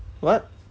what